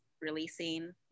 releasing